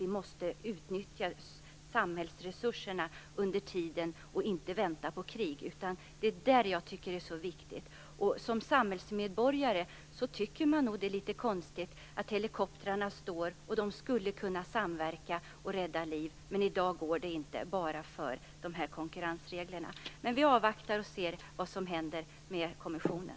Vi måste utnyttja samhällsresurserna under tiden och inte vänta på att det skall bli krig. Det är detta jag tycker är så viktigt. Som samhällsmedborgare tycker man nog att det är litet konstigt att helikoptrarna står när de skulle kunna samverka och rädda liv. Att det inte går i dag beror ju bara på de här konkurrensreglerna. Men vi avvaktar och ser vad som händer i kommissionen.